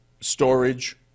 storage